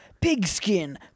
pigskin